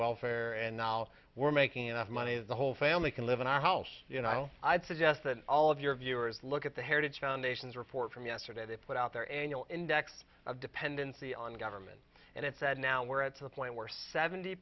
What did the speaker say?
welfare and now we're making enough money the whole family can live in our house you know i'd suggest that all of your viewers look at the heritage foundation's report from yesterday they put out their annual index of dependency on government and it said now we're at the point where seventy